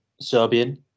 Serbian